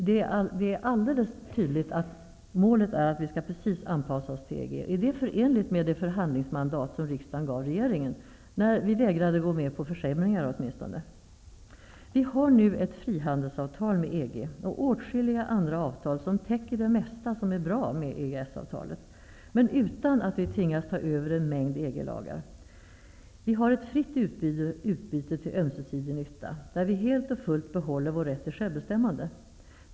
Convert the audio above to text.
Det framgår tydligt att målet är att vi precis skall anpassa oss till EG:s regler. Är detta förenligt med det förhandlingsmandat som riksdagen gav regeringen, där vi åtminstone vägrade gå med på försämringar? Vi har nu ett frihandelsavtal med EG och åtskilliga andra avtal som täcker det mesta som är bra med EES-avtalet, utan att vi tvingas ta över en mängd EG-lagar. Vi har ett fritt utbyte till ömsesidig nytta, där vi helt och fullt behåller vår rätt till självbestämmande.